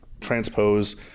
transpose